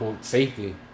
safety